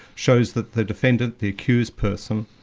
shows that the defendant, the accused person,